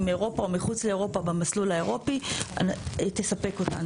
אם מאירופה או מחוץ לאירופה במסלול האירופי תספק אותנו.